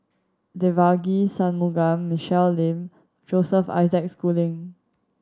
Devagi Sanmugam Michelle Lim Joseph Isaac Schooling